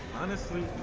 honestly,